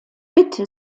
bitte